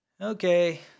Okay